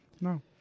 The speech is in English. No